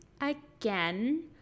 again